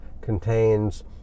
contains